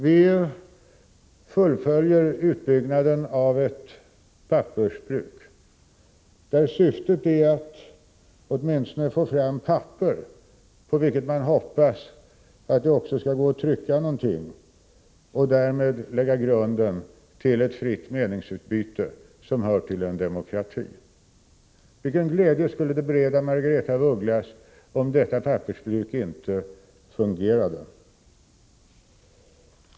Vi fullföljer utbyggnaden av ett pappersbruk vars syfte är att åtminstone få fram papper på vilket man hoppas att det också skall gå att trycka någonting och därmed lägga grunden till ett fritt meningsutbyte som hör till en demokrati. Vilken glädje skulle det bereda Margaretha af Ugglas om detta pappersbruk inte fungerade?